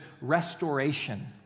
restoration